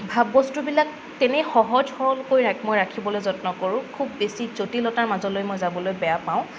ভাববস্তুবিলাক তেনেই সহজ সৰলকৈ মই ৰাখিবলৈ যত্ন কৰোঁ খুব বেছি জটিলতাৰ মাজলৈ মই যাবলৈ বেয়া পাওঁ